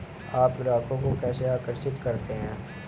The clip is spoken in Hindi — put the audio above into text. आप ग्राहकों को कैसे आकर्षित करते हैं?